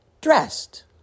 dressed